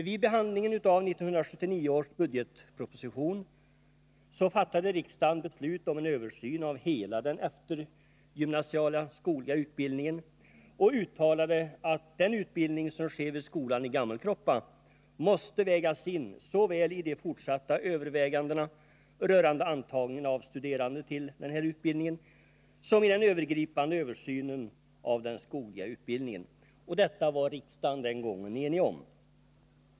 Vid behandlingen av 1979 års budgetproposition fattade riksdagen beslut om en översyn av hela den eftergymnasiala skogliga utbildningen och uttalade att den utbildning som sker vid skolan i Gammelkroppa måste vägas in såväl i de fortsatta diskussionerna rörande antagningen av studerande till den här utbildningen som i den övergripande översynen av den skogliga utbildningen. Detta var riksdagen enig om den gången.